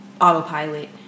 autopilot